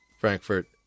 Frankfurt